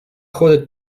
ходить